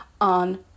on